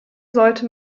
sollte